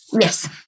Yes